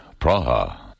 Praha